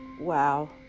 Wow